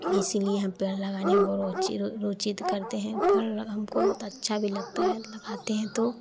इसीलिए हम पेड़ लगाने के ब रुचि रुचि त करते हैं पर हमको बहुत अच्छा भी लगता है लगाते हैं तो